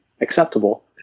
acceptable